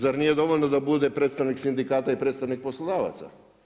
Zar nije dovoljno da bude predstavnik sindikata i predstavnik poslodavaca?